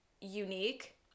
unique